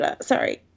sorry